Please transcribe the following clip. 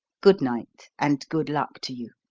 good-night and good luck to you.